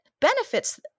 benefits